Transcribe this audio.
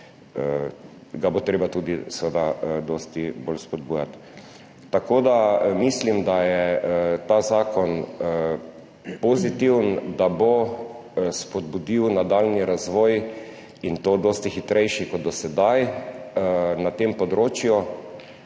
ga bo seveda tudi treba dosti bolj spodbujati. Mislim, da je ta zakon pozitiven, da bo spodbudil nadaljnji razvoj, in to dosti hitrejši kot do sedaj na tem področju,